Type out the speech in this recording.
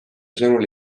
sõnul